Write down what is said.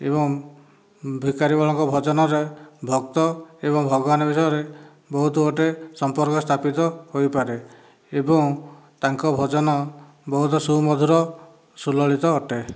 ଏବଂ ଭିକାରି ବଳଙ୍କ ଭଜନରେ ଭକ୍ତ ଏବଂ ଭଗବାନଙ୍କ ଭିତରେ ବହୁତ ଗୋଟିଏ ସମ୍ପର୍କ ସ୍ଥାପିତ ହୋଇପାରେ ଏବଂ ତାଙ୍କ ଭଜନ ବହୁତ ସୁମଧୁର ସୁଲଳିତ ଅଟେ